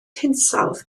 hinsawdd